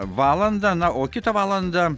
valandą na o kitą valandą